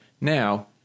Now